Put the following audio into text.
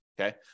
Okay